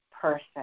person